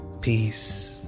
peace